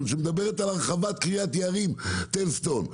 שמדברת על הרחבת קרית יערים טלז-סטון,